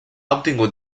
obtingut